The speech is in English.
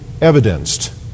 evidenced